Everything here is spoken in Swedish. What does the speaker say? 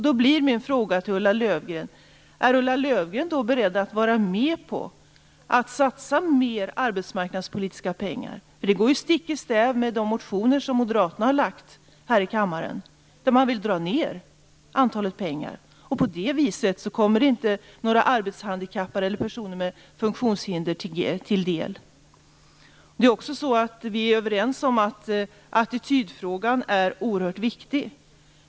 Då blir min fråga till Ulla Löfgren: Är Ulla Löfgren beredd att vara med på att satsa mer arbetsmarknadspolitiska pengar? Det skulle gå stick i stäv med de motioner som Moderaterna har väckt här i kammaren. Man vill i stället dra ned på pengarna. På det viset kommer de inte personer med funktionshinder till del. Vi är överens om att attitydfrågan är oerhört viktig.